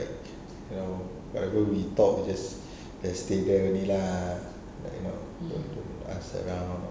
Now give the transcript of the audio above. like you know whatever we talk just just stay there already lah like you know don't don't ask around